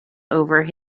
over